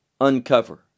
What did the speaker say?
uncover